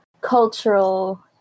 cultural